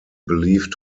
believed